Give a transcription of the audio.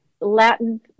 Latin